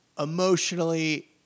emotionally